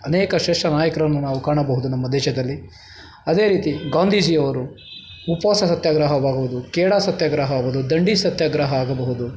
ಅನೇಕ ಶ್ರೇಷ್ಠ ನಾಯಕರನ್ನು ನಾವು ಕಾಣಬಹುದು ನಮ್ಮ ದೇಶದಲ್ಲಿ ಅದೇ ರೀತಿ ಗಾಂಧೀಜಿಯವರು ಉಪವಾಸ ಸತ್ಯಾಗ್ರಹವಾಗುವುದು ಖೇಡಾ ಸತ್ಯಾಗ್ರಹ ಆಗುದು ದಂಡಿ ಸತ್ಯಾಗ್ರಹ ಆಗಬಹುದು